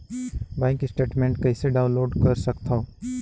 Bank statement कइसे download कर सकथव?